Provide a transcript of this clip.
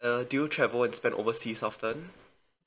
uh do you travel and spend overseas often